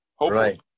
Right